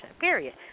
period